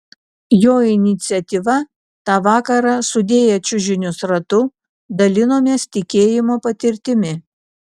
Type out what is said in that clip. jo iniciatyva tą vakarą sudėję čiužinius ratu dalinomės tikėjimo patirtimi